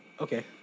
Okay